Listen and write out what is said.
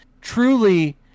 truly